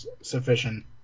sufficient